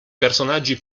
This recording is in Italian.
personaggi